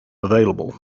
available